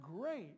great